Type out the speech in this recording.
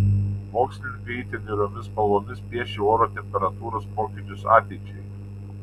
mokslininkai itin niūriomis spalvomis piešia oro temperatūros pokyčius ateičiai